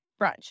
brunch